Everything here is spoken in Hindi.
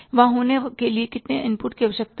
वहाँ होने के लिए कितने इनपुट की आवश्यकता है